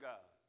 God